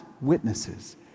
witnesses